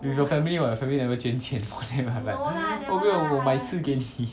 with your family [what] your family never 捐钱 for them I'm like 要不要我买吃给你